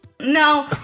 No